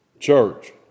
church